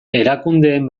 erakundeen